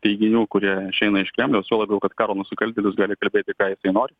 teiginių kurie išeina iš kremliaus juo labiau kad karo nusikaltėlis gali kalbėti ką jisai nori